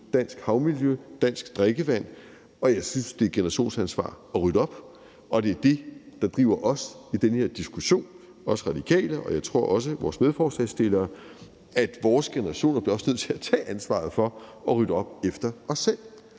dansk havmiljø og dansk drikkevand. Og jeg synes, det er et generationsansvar at rydde op, og det er det, der driver os i den her diskussion – os Radikale og jeg tror også vores medforslagsstillere – altså at vores generationer også bliver nødt til at tage ansvaret for at rydde op efter os selv,